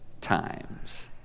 times